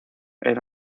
era